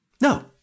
No